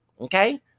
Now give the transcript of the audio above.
okay